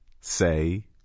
Say